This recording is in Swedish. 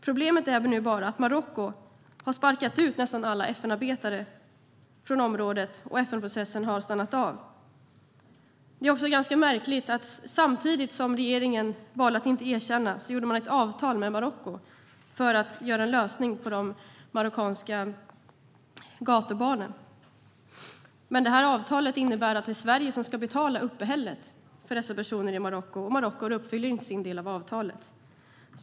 Problemet är nu bara att Marocko har sparkat ut nästan alla FN-arbetare från området och att FN-processen har stannat av. Det är också ganska märkligt att samtidigt som regeringen valde att inte erkänna gjorde man ett avtal med Marocko för att få en lösning för de marockanska gatubarnen. Avtalet innebär att det är Sverige som ska betala uppehället för dessa personer i Marocko, men Marocko uppfyller inte sin del av avtalet.